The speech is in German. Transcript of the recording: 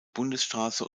bundesstraße